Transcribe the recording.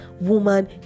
woman